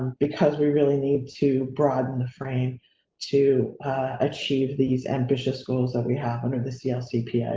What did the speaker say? because we really need to broaden the frame to achieve these ambitious goals that we have under the. so the ah so yeah